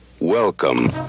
Welcome